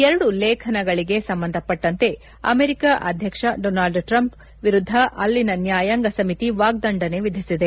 ಎರಡು ಲೇಖನಗಳಿಗೆ ಸಂಬಂಧಪಟ್ಟಂತೆ ಅಮೆರಿಕ ಅಧ್ಯಕ್ಷ ಡೋನಾಲ್ಡ್ ಟ್ರಂಪ್ ವಿರುದ್ಧ ಅಲ್ಲಿನ ನ್ಯಾಯಾಂಗ ಸಮಿತಿ ವಾಗ್ದಂಡನೆ ವಿಧಿಸಿದೆ